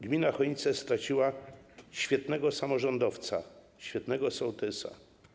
Gmina Chojnice straciła świetnego samorządowca, świetnego sołtysa.